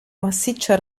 massiccio